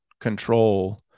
control